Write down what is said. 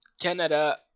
canada